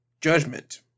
judgment